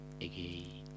again